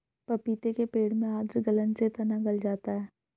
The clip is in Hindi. पपीते के पेड़ में आद्र गलन से तना गल जाता है